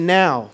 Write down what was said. now